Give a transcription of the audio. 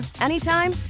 anytime